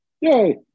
Yay